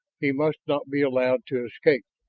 he must not be allowed to escape.